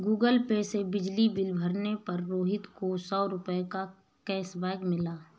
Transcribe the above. Google Pay से बिजली bill भरने पर रोहित को सौ रूपए का कैशबैक मिला